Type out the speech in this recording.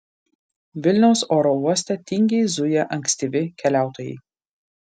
vilniaus oro uoste tingiai zuja ankstyvi keliautojai